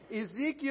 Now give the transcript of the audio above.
Ezekiel